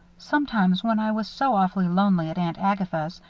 sometimes, when i was so awfully lonesome at aunt agatha's,